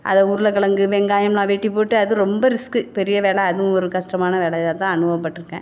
அதை உருளை கிழங்கு வெங்காயம்லாம் வெட்டிப்போட்டு அது ரொம்ப ரிஸ்க்கு பெரிய வேலை அதுவும் ஒரு கஷ்டமான வேலையாக தான் அனுபவப்பட்டிருக்கேன்